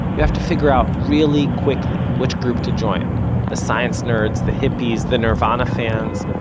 you have to figure out, really quickly, which group to join the science nerds, the hippies, the nirvana fans.